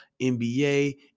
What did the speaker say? NBA